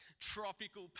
tropical